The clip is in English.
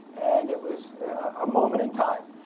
and it was a moment in time.